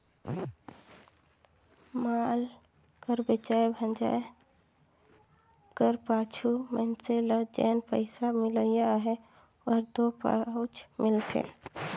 माल कर बेंचाए भंजाए कर पाछू मइनसे ल जेन पइसा मिलोइया अहे ओहर दो पाछुच मिलथे